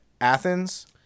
Athens